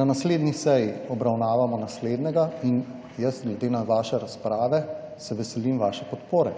na naslednji seji obravnavamo naslednjega in jaz glede na vaše razprave se veselim vaše podpore